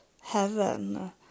heaven